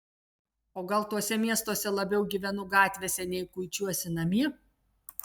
o gal tuose miestuose labiau gyvenu gatvėse nei kuičiuosi namie